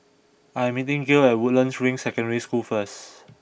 I am meeting Gael at Woodlands Ring Secondary School first